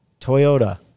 Toyota